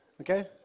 okay